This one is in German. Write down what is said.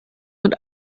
mit